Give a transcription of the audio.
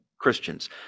Christians